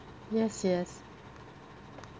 yes yes